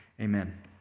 Amen